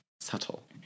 Subtle